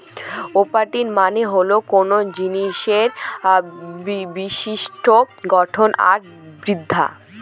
properties মানে হল কোনো জিনিসের বিশিষ্ট্য গঠন আর বিদ্যা